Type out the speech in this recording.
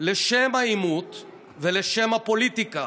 לשם העימות ולשם הפוליטיקה.